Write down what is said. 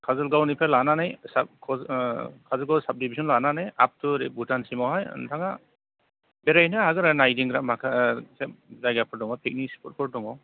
काजलगावनिफ्राय लानानै Kajalgaon sub division लानानै आब टु भुटानसिमावहाय नोंथाङा बेरायहैनो हागोन नायदिंनो जायगाफोर दङ पिकनिक स्पटफोर दङ